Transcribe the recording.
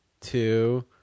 two